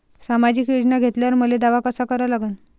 सामाजिक योजना घेतल्यावर मले दावा कसा करा लागन?